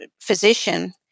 physician